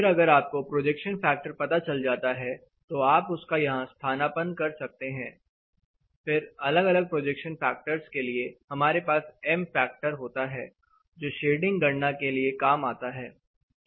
फिर अगर आपको प्रोजेक्शन फैक्टर पता चल जाता है तो आप उसका यहां स्थानापन्न कर सकते हैं फिर अलग अलग प्रोजेक्शन फैक्टर्स के लिए हमारे पास M फैक्टर होता है जो शेडिंग गणना के लिए काम आता है